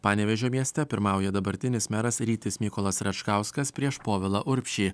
panevėžio mieste pirmauja dabartinis meras rytis mykolas račkauskas prieš povilą urbšį